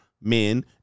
men